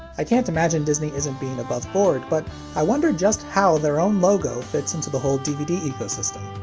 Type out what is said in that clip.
i can't imagine disney isn't being above board, but i wonder just how their own logo fits into the whole dvd ecosystem.